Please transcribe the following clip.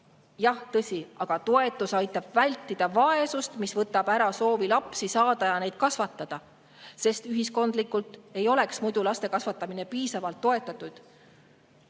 Jah, tõsi, aga toetus aitab vältida vaesust, mis võtab ära soovi lapsi saada ja kasvatada. Sest ühiskondlikult ei oleks muidu laste kasvatamine piisavalt toetatud.